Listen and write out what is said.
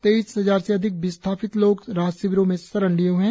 तेईस हजार से अधिक विस्थापित लोग राहत शिविरों में शरण लिए हुए हैं